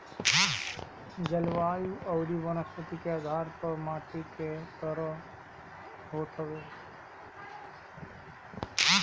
जलवायु अउरी वनस्पति के आधार पअ माटी कई तरह के होत हवे